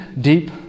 deep